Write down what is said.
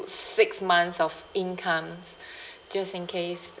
six months of incomes just in case